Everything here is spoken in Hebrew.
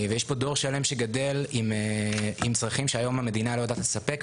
ויש פה דור שלם שגדל עם צרכים שהיום המדינה לא יודעת לספק,